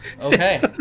okay